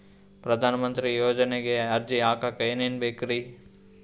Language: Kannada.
ಪ್ರಧಾನಮಂತ್ರಿ ಯೋಜನೆಗೆ ಅರ್ಜಿ ಹಾಕಕ್ ಏನೇನ್ ಬೇಕ್ರಿ?